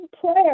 prayer